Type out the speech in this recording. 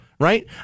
Right